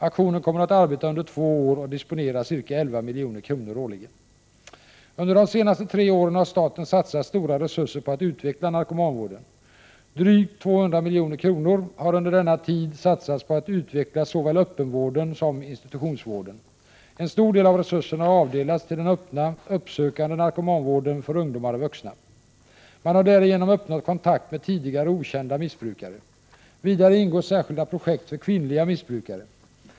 Aktionen kommer att arbeta under två år och disponera ca 11 milj.kr. årligen. Under de senaste tre åren har staten satsat stora resurser på att utveckla narkomanvården. Drygt 200 milj.kr. har under denna tid satsats på att utveckla såväl öppenvården som institutionsvården. En stor del av resurserna har avdelats till den öppna uppsökande narkomanvården för ungdomar och vuxna. Man har därigenom uppnått kontakt med tidigare okända missbrukare. Vidare ingår särskilda projekt för kvinnliga missbrukare.